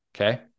okay